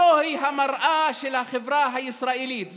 זוהי המראה של החברה הישראלית,